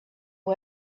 who